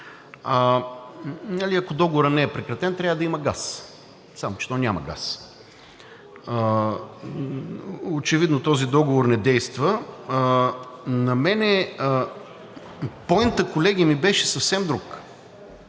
Ако договорът не е прекратен, трябва да има газ, само че то няма газ. Очевидно този договор не действа. На мен пойнтът, колеги, ми беше съвсем друг.